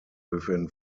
within